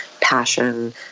passion